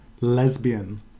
lesbian